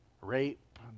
Rape